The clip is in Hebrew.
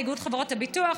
לאיגוד חברות הביטוח,